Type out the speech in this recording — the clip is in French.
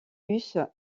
bus